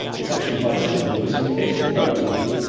it's actually quite similar, because in the case of the protein,